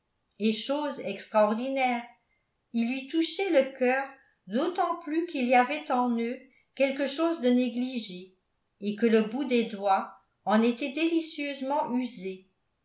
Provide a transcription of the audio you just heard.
et chose extraordinaire ils lui touchaient le cœur d'autant plus qu'il y avait en eux quelque chose de négligé et que le bout des doigts en était délicieusement usé